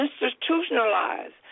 institutionalized